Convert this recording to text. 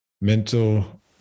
mental